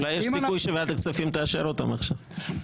אולי יש סיכוי שוועדת הכספים תאשר אותן עכשיו,